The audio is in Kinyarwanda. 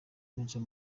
major